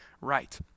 right